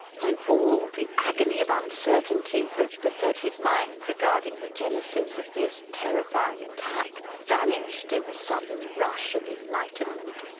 when all the agony of uncertainty which beset his mind regarding the genesis of this terrifying attack vanished in a sudden rush of enlightenment.